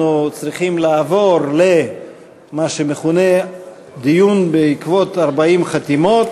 אנחנו צריכים לעבור למה שמכונה דיון בעקבות 40 חתימות,